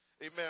Amen